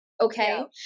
okay